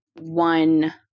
one